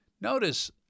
Notice